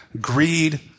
greed